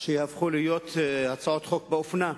שהפכו להיות הצעות חוק באופנה.